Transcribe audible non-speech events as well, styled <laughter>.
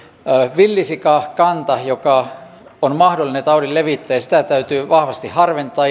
villisikakantaa joka on mahdollinen taudin levittäjä täytyy vahvasti harventaa <unintelligible>